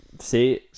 See